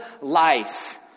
life